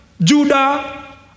Judah